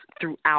throughout